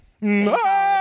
No